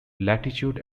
latitude